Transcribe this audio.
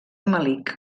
melic